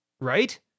Right